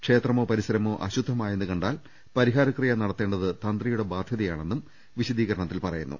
ക്ഷേത്രമോ പരിസരമോ അശുദ്ധമായെന്ന് കുണ്ടാൽ പരിഹാര ക്രിയ നടത്തേണ്ടത് തന്ത്രിയുടെ ബാധ്യതയാണെന്നും വിശദീകരണ ത്തിൽ പറയുന്നു